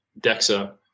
DEXA